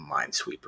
Minesweeper